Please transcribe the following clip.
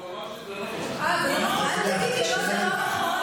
והוא אמר שזה לא נכון.